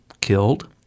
killed